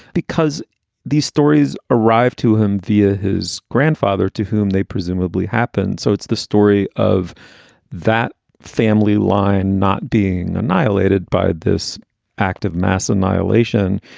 because these stories arrive to him via his grandfather, to whom they presumably happened. so it's the story of that family line not being annihilated by this act of mass annihilation.